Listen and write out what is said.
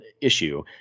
issue